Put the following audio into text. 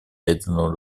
ядерного